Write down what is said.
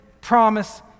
promise